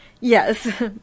Yes